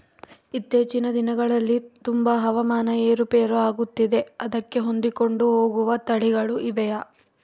ಇತ್ತೇಚಿನ ದಿನಗಳಲ್ಲಿ ತುಂಬಾ ಹವಾಮಾನ ಏರು ಪೇರು ಆಗುತ್ತಿದೆ ಅದಕ್ಕೆ ಹೊಂದಿಕೊಂಡು ಹೋಗುವ ತಳಿಗಳು ಇವೆಯಾ?